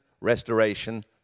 Restoration